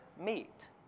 meet